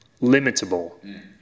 limitable